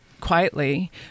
quietly